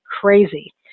crazy